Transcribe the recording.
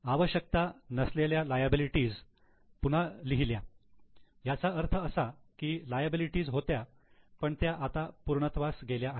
आवश्यकता नसलेल्या लायबिलिटी पुना लिहिल्या याचा अर्थ असा की काही लायबिलिटी होत्या पण त्या आता पूर्णत्वास गेल्या आहेत